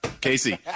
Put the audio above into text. Casey